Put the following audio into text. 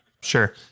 Sure